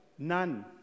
None